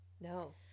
No